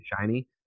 shiny